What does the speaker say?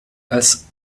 als